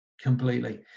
completely